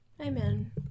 Amen